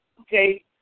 okay